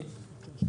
אני יודע,